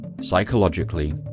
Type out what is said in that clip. psychologically